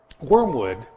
Wormwood